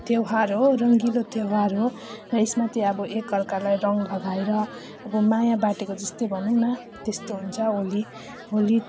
त्योहार हो र रङ्गिलो त्योहार हो र यसमा त्योहार अब एकाअर्कालाई रङ लगाएर अब माया बाँडेको जस्तै भनौँ न त्यस्तो हुन्छ होली होली